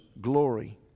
glory